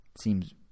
Seems